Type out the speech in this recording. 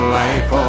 life